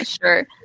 Sure